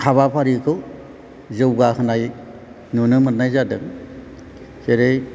हाबाफारिखौ जौगाहोनाय नुनो मोननाय जादों जेरै